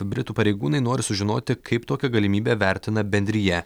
britų pareigūnai nori sužinoti kaip tokią galimybę vertina bendrija